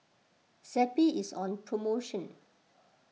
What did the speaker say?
Zappy is on promotion